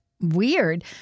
weird